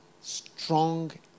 strong